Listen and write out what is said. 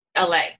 LA